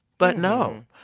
but no.